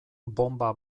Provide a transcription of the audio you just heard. bonba